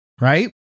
right